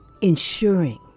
ensuring